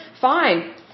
fine